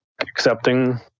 accepting